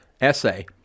essay